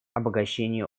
обогащение